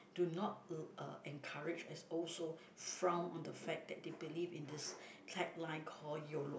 do not uh encourage as also frown on the fact that they believe in this tagline called Yolo